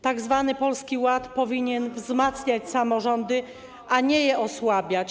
Tzw. Polski Ład powinien wzmacniać samorządy, a nie je osłabiać.